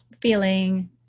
feeling